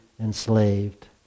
enslaved